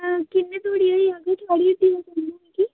हां किन्ने धोड़ी होई जाह्गा थुआड़िया हट्टिया ठीक